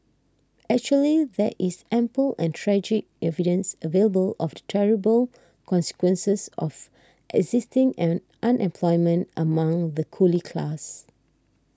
actually there is ample and tragic evidence available of the terrible consequences of existing an unemployment among the coolie class